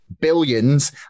billions